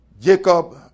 Jacob